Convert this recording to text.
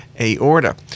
aorta